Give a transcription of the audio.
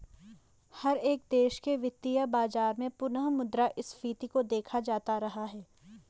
हर एक देश के वित्तीय बाजार में पुनः मुद्रा स्फीती को देखा जाता रहा है